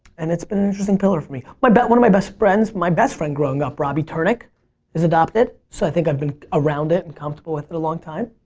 and it's been an interesting pillar for me. but but one of my best friends, my best friend growing up, robbie turnick was adopted so i think i've been around it and comfortable with it for a long time.